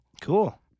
cool